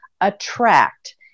attract